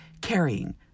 carrying